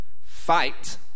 Fight